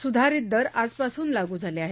सुधारित दर आजपासून लागू झाले आहेत